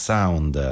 Sound